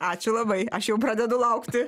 ačiū labai aš jau pradedu laukti